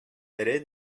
эре